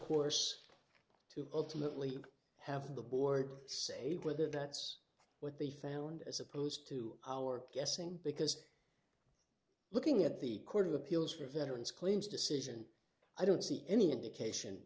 course to ultimately have the board say whether that's what they found as opposed to our guessing because looking at the court of appeals for veterans claims decision i don't see any indication